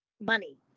money